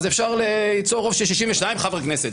אז אפשר ליצור רוב של 62 חביר כנסת.